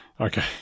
Okay